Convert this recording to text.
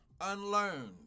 unlearned